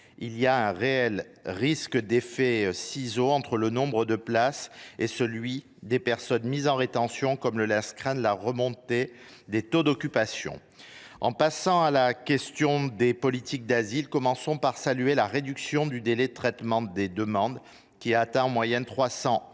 Il y a un réel risque d’effet de ciseaux entre le nombre de places et celui des personnes mises en rétention, comme le laisse craindre la remontée des taux d’occupation des CRA. J’en viens aux politiques en matière d’asile. Commençons par saluer la réduction du délai de traitement des demandes, qui a atteint en moyenne 311